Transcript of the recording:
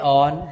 on